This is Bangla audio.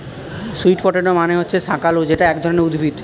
সুইট পটেটো মানে হচ্ছে শাকালু যেটা এক ধরনের উদ্ভিদ